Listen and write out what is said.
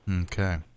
Okay